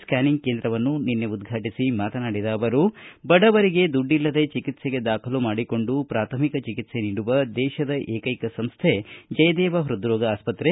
ಸ್ಕಾನ್ಕಿಂಗ್ ಕೇಂದ್ರವನ್ನು ನಿನ್ನೆ ಉದ್ಘಾಟಿಸಿ ಮಾತನಾಡಿದ ಅವರು ಬಡವರಿಗೆ ದುಡ್ಡಿಲ್ಲದೇ ಚಿಕಿತ್ಸೆಗೆ ದಾಖಲು ಮಾಡಿಕೊಂಡು ಪ್ರಾಥಮಿಕ ಚಿಕಿತ್ಸೆ ನೀಡುವ ದೇಶದ ಏಕೈಕ ಸಂಸ್ಥೆ ಜಯದೇವ ಪೃದ್ರೋಗ ಆಸ್ಪತ್ತೆ